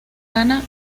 gana